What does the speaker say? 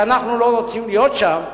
שאנחנו לא רוצים להיות שם.